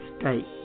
state